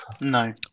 No